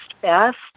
best